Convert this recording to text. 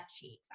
cheeks